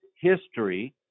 history